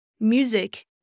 music